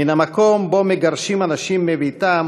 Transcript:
מן המקום שבו מגרשים אנשים מביתם